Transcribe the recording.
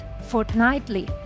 fortnightly